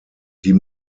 die